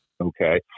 Okay